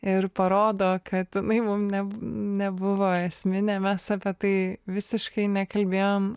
ir parodo kad jinai mum ne nebuvo esminė mes apie tai visiškai nekalbėjom